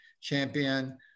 champion